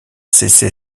cessé